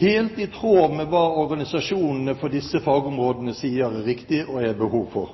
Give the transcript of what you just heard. helt i tråd med hva organisasjonene for disse fagområdene sier er viktig, og hva det er behov for.